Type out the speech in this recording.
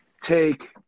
take